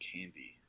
Candy